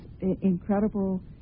incredible